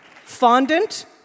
fondant